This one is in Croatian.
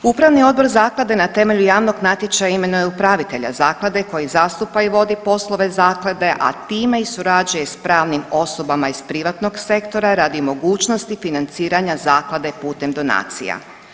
Upravni odbor zaklade na temelju javnog natječaja imenuje upravitelja zaklade koji zastupa i vodi poslove zaklade, a time i surađuje s pravnim osobama iz privatnog sektora radi mogućnosti financiranja zaklade putem donacija.